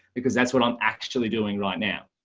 because that's what i'm actually doing right now.